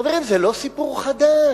חברים, זה לא סיפור חדש,